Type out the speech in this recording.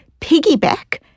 piggyback